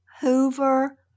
Hoover